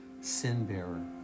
sin-bearer